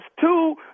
two